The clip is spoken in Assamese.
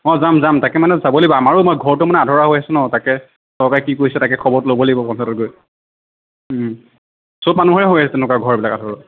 অ' যাম যাম তাকে মানে যাবৈ লাগিব আমাৰো ঘৰটো মানে আধৰুৱা হৈ আছে ন' তাকে চৰকাৰে কি কৰিছে তাকে খবৰটো ল'বই লাগিব পঞ্চায়তত গৈ চব মানুহৰে হৈ আছে এনেকুৱা ঘৰবিলাক আধৰুৱা